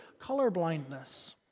colorblindness